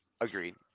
Agreed